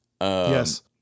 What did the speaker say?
Yes